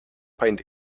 find